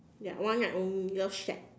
ya one night only love shack